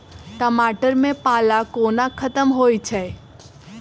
टमाटर मे पाला कोना खत्म होइ छै?